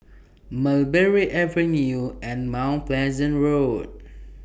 Mulberry Avenue and Mount Pleasant Road